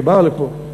שבאה לפה,